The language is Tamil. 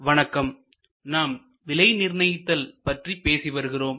வணக்கம் நாம் விலை நிர்ணயித்தல் பற்றி பேசி வருகிறோம்